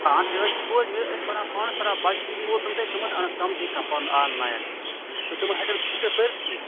اہن تہِ حظ چھِ پوٚز مےٚ ٲسۍ پَران پانَس پَران بچہٕ سکوٗل تِم تہِ تِمن تہِ آو نہٕ سَمجے کانٛہہ پَرُن آنلایِن تہٕ تِم ہٮ۪کَن یِتھ کٔٹھۍ پٔرِتھی کِہیٖنۍ